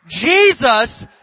Jesus